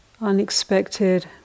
unexpected